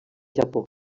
japó